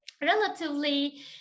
Relatively